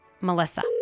Melissa